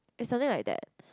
is something like that